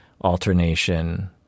alternation